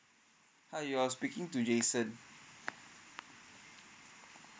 hi you're speaking to jason